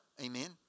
Amen